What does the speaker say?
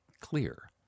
clear